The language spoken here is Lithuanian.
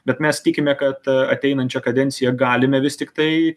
bet mes tikime kad ateinančią kadenciją galime vis tiktai